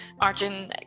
Arjun